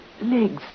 legs